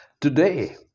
Today